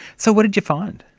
so what did you find?